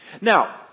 Now